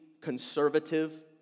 conservative